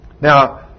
Now